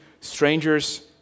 strangers